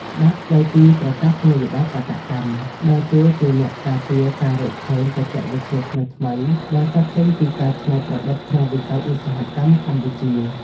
ច្បាប់ស្ដីពីប្រកាសនីយបត្រតក្កកម្ម ដើរតួជាអ្នកការពារការរកឃើញបច្ចេកវិទ្យាថ្មីៗ ដែលកើតចេញពីការច្នៃប្រឌិតក្នុងវិស័យឧស្សាហកម្មកម្ពុជា។